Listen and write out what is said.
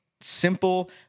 simple